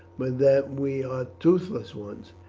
but that we are toothless ones.